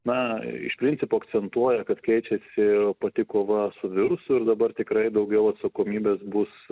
na iš principo akcentuoja kad keičiasi pati kova su virusu ir dabar tikrai daugiau atsakomybės bus